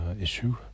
issue